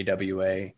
AWA